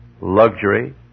luxury